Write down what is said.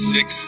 Six